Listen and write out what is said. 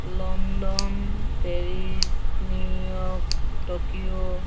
London Paris New York Tokyo